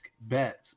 bets